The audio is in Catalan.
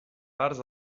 parts